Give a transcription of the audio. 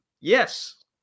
Yes